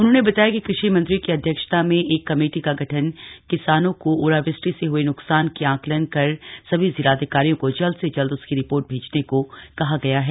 उन्होंने बताया कि कृषि मंत्री की अध्यक्षता में एक कमेटी का गठन कर किसानों को ओलावृष्टि से हुए नुकसान के आंकलन कर सभी जिलाधिकारियों को जल्द से जल्द उसकी रिपोर्ट भेजने को कहा गया है